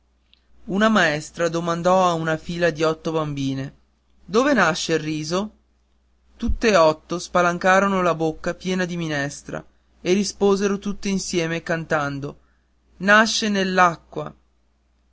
una maestra domandò a una fila di otto bambine dove nasce il riso tutte otto spalancaron la bocca piena di minestra e risposero tutte insieme cantando